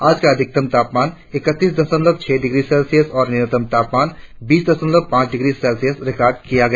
आज का अधिकतम तापमान इकतीस दशमलव छह डिग्री सेल्सियस और न्यूनतम तापमान बीस दशमलव पांच डिग्री सेल्सियस रिकार्ड किया गया